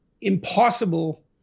impossible